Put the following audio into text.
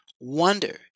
Wonder